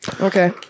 Okay